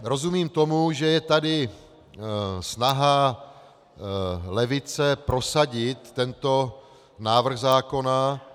Rozumím tomu, že je tady snaha levice prosadit tento návrh zákona.